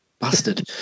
bastard